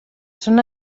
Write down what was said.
són